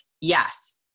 yes